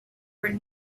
were